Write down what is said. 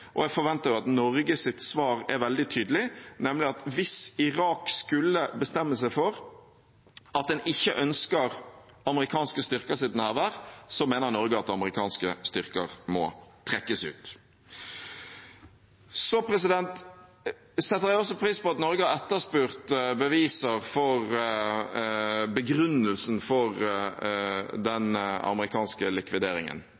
Jeg forventer at Norges svar er veldig tydelig, nemlig at hvis Irak skulle bestemme seg for at en ikke ønsker amerikanske styrkers nærvær, så mener Norge at amerikanske styrker må trekkes ut. Så setter jeg også pris på at Norge har etterspurt beviser for begrunnelsen for